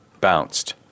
bounced